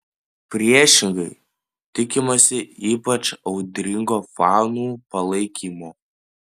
priešingai tikimasi ypač audringo fanų palaikymo